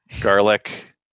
garlic